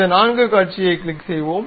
இந்த நான்கு காட்சியைக் கிளிக் செய்வோம்